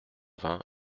vingt